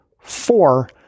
four